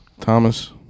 Thomas